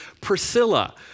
Priscilla